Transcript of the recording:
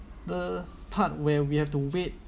the part where we have to wait